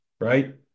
right